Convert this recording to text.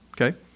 Okay